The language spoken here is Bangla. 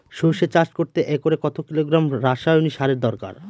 সরষে চাষ করতে একরে কত কিলোগ্রাম রাসায়নি সারের দরকার?